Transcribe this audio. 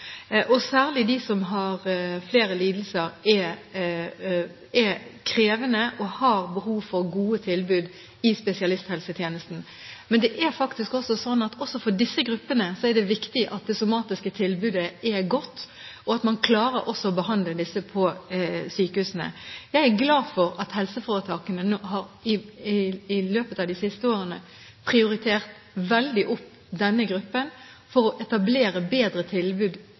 Særlig de som har flere lidelser, er krevende og har behov for gode tilbud i spesialisthelsetjenesten. Men det er faktisk slik at også for disse gruppene er det viktig at det somatiske tilbudet er godt, og at man også klarer å behandle disse på sykehusene. Jeg er glad for at helseforetakene i løpet av de siste årene har prioriterert veldig opp denne gruppen for å etablere bedre tilbud